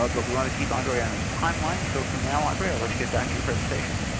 ah but we wanna keep andre on his timeline, so for now, andre, i'll let you get back to your presentation.